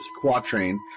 quatrain